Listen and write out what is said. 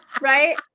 Right